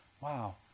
wow